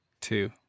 Two